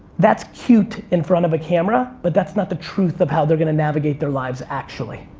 that's cute in front of a camera, but that's not the truth of how they're gonna navigate their lives actually.